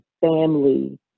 family